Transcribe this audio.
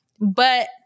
but-